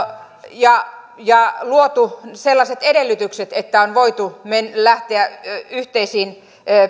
ja ja luotu sellaiset edellytykset että on voitu lähteä yhteisiin